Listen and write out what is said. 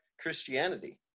Christianity